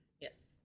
Yes